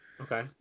okay